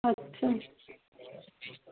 আচ্ছা